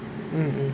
mm mm